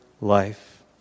life